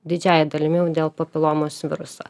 didžiąja dalimi dėl papilomos viruso